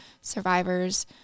survivors